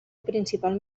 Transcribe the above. principal